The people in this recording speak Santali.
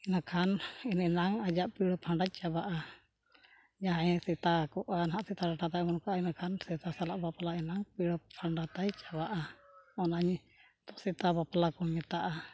ᱤᱱᱟᱹ ᱠᱷᱟᱱ ᱤᱱᱟᱹ ᱱᱟᱝ ᱟᱡᱟᱜ ᱯᱤᱲᱟᱹ ᱯᱷᱟᱸᱰᱟ ᱪᱟᱵᱟᱜᱼᱟ ᱡᱟᱦᱟᱸᱭ ᱥᱮᱛᱟ ᱠᱚᱜᱼᱟ ᱱᱟᱜ ᱥᱮᱛᱟ ᱴᱟᱴᱟᱭ ᱛᱟᱭ ᱚᱢᱚᱱ ᱠᱚᱜᱼᱟ ᱤᱱᱟᱹ ᱠᱷᱟᱱ ᱥᱮᱛᱟ ᱥᱟᱞᱟᱜ ᱵᱟᱯᱞᱟ ᱮᱱᱟᱝ ᱯᱤᱲᱟᱹ ᱯᱷᱟᱸᱰᱟ ᱛᱟᱭ ᱪᱟᱵᱟᱜᱼᱟ ᱚᱱᱟᱜᱮ ᱥᱮᱛᱟ ᱵᱟᱯᱞᱟ ᱠᱚ ᱢᱮᱛᱟᱜᱼᱟ